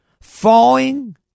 falling